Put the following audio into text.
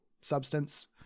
substance